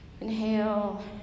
inhale